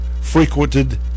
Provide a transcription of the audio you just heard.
frequented